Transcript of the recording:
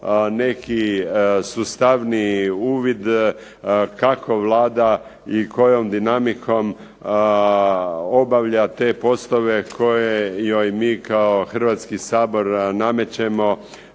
neki sustavniji uvid kako Vlada i kojom dinamikom obavlja te poslove koje joj mi kao Hrvatski sabor namećemo